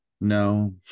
no